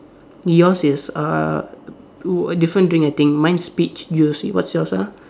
yours is uh two different thing I think mine is peach you will see what's yours ah